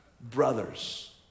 brothers